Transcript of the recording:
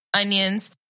onions